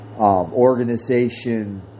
organization